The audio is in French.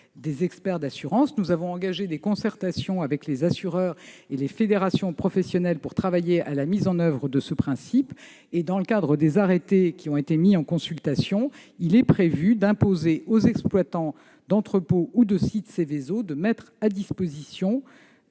des experts d'assurance. Nous avons engagé des concertations avec les assureurs et les fédérations professionnelles pour y travailler. Dans le cadre des arrêtés soumis à consultation, il est prévu d'imposer aux exploitants d'entrepôts ou de sites Seveso de mettre à disposition